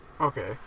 Okay